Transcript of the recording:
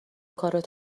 کارت